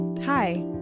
Hi